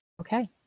Okay